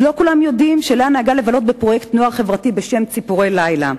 לא כולם יודעים שלאה נהגה לבלות בפרויקט נוער חברתי בשם "ציפורי לילה",